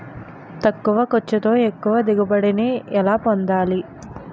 తక్కువ ఖర్చుతో ఎక్కువ దిగుబడి ని ఎలా పొందాలీ?